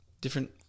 Different